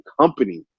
company